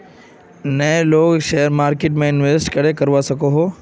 नय लोग share marketing में इंवेस्ट करे करवा सकोहो?